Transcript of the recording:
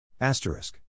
asterisk